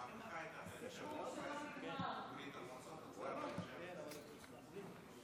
אני בוחר לדבר על הנושא של הכרה ואי-הכרה בנגב.